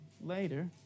later